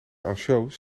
anciaux